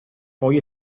poi